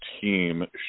team